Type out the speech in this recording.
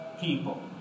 people